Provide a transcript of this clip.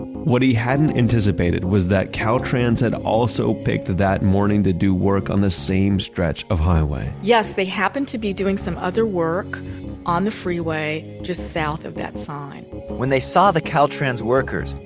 what he hadn't anticipated was that caltrans had also picked that morning to do work on the same stretch of highway yes, they happened to be doing some other work on the freeway just south of that sign when they saw the caltrans workers,